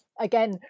again